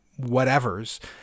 whatevers